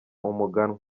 umuganwa